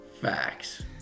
facts